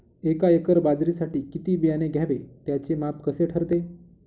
एका एकर बाजरीसाठी किती बियाणे घ्यावे? त्याचे माप कसे ठरते?